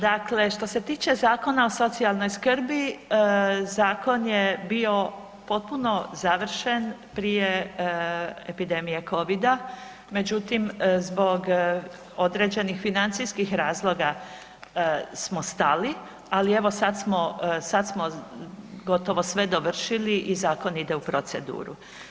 Dakle, što se tiče Zakona o socijalnoj skrbi zakon je bio potpuno završen prije epidemije covida, međutim zbog određenih financijskih razloga smo stali, ali evo sada smo gotovo sve dovršili i zakon ide u proceduru.